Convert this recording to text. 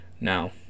Now